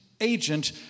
agent